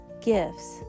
gifts